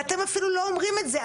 ואתם אפילו לא אומרים את זה.